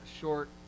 short